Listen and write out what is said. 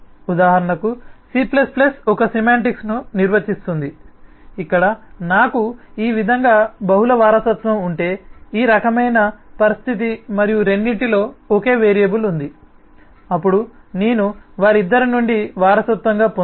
ఉదాహరణకు సి ఒక సెమాంటిక్స్ను నిర్వచిస్తుంది ఇక్కడ నాకు ఈ విధంగా బహుళ వారసత్వం ఉంటే ఈ రకమైన పరిస్థితి మరియు రెండింటిలో ఒకే వేరియబుల్ ఉంది అప్పుడు నేను వారిద్దరి నుండి వారసత్వంగా పొందను